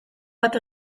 bat